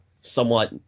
somewhat